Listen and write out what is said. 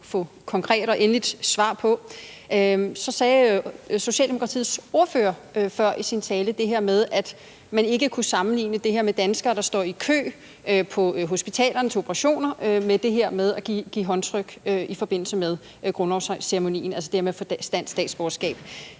få konkret og endeligt svar på. Socialdemokratiets ordfører sagde før i sin tale, at man ikke kunne sammenligne det her med danskere, der står i kø til operationer på hospitalerne, med det at give håndtryk i forbindelse med grundlovsceremonien, altså det, at man får dansk statsborgerskab.